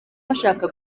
bashaka